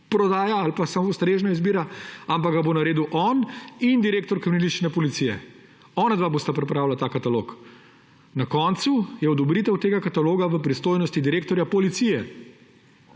prodaja ali pa samopostrežna izbira, ampak ga bosta naredila on in direktor kriminalistične policije. Onadva bosta pripravila ta katalog. Na koncu je odobritev tega kataloga v pristojnosti direktorja policije.